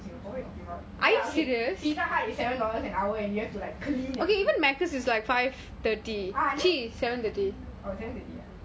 singapore what you talking about ya okay pizza hut is seven dollars an hour and you have to like clean and things ah then oh seven fifty ah